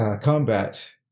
combat